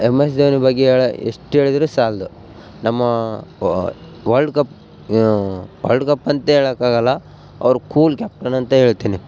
M S Dhoni ಬಗ್ಗೆ ಹೇಳೊ ಎಷ್ಟು ಹೇಳಿದ್ರು ಸಾಲದು ನಮ್ಮ ವಾ ವಲ್ಡ್ ಕಪ್ ವಲ್ಡ್ ಕಪ್ ಅಂತ ಹೇಳೋಕ್ಕಾಗಲ್ಲ ಅವ್ರು ಕೂಲ್ ಕ್ಯಾಪ್ಟನ್ ಅಂತ ಹೇಳ್ತೀನಿ